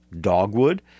dogwood